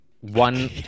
one